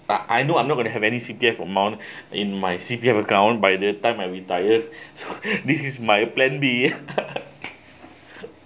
uh I know I'm not gonna have any C_P_F amount in my C_P_F account by the time I retired so this is my plan b